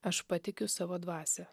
aš patikiu savo dvasią